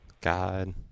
God